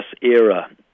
era